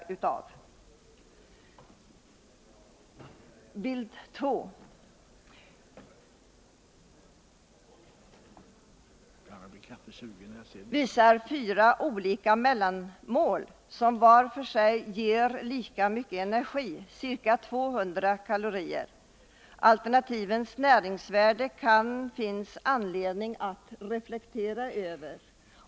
Bilden på kammarens bildskärm visar fyra olika mellanmål, som var för sig ger lika mycket energi, ca 200 kalorier. Alternativens näringsvärde kan det finnas anledning att reflektera över.